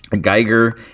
Geiger